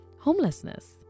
homelessness